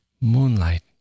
Moonlight